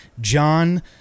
john